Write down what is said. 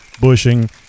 bushing